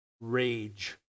rage